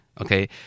Okay